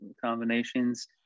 combinations